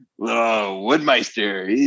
Woodmeister